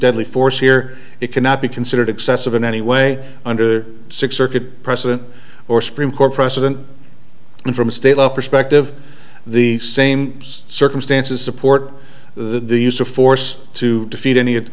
deadly force here it cannot be considered excessive in any way under six circuit precedent or supreme court precedent and from state law perspective the same circumstances support the use of force to defeat any